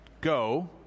Go